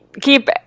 keep